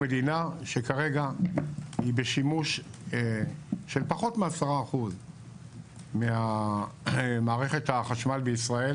אנחנו מדינה שכרגע היא בשימוש של פחות מ-10% ממערכת החשמל בישראל